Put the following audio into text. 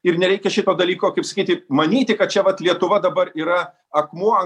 ir nereikia šito dalyko kaip sakyti manyti kad čia vat lietuva dabar yra akmuo